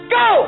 go